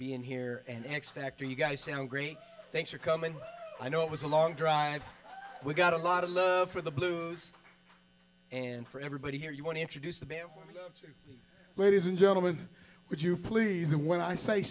being here and x factor you guys sound great thanks for coming i know it was a long drive we got a lot of love for the blues and for everybody here you want to introduce the band ladies and gentlemen would you please and when i say